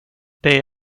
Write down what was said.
det